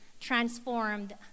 transformed